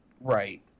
Right